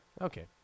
Okay